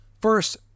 First